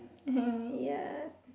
uh ya